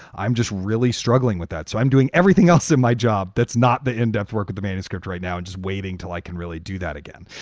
i'm just really struggling with that. so i'm doing everything else in my job. that's not the in-depth work of the manuscript right now. and just waiting till i can really do that again.